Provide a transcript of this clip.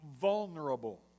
vulnerable